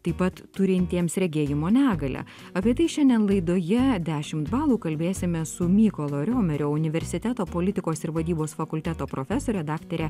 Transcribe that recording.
taip pat turintiems regėjimo negalią apie tai šiandien laidoje dešimt balų kalbėsime su mykolo riomerio universiteto politikos ir vadybos fakulteto profesore daktare